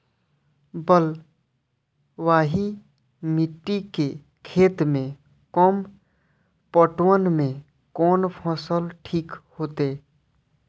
बलवाही मिट्टी के खेत में कम पटवन में कोन फसल ठीक होते?